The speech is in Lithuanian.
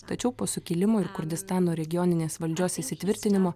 tačiau po sukilimų ir kurdistano regioninės valdžios įsitvirtinimo